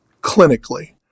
clinically